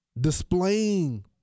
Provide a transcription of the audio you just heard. displaying